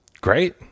Great